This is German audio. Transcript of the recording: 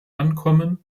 ankommen